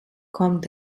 kommt